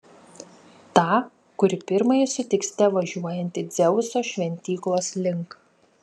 tą kurį pirmąjį sutiksite važiuojantį dzeuso šventyklos link